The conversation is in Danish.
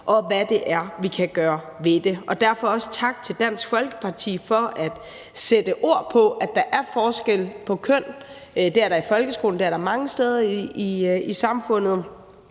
og hvad det er, vi kan gøre ved det. Derfor vil jeg også sige tak til Dansk Folkeparti for, at man sætter ord på, at der er forskel på kønnene – det er der i folkeskolen, og det er der mange andre steder i samfundet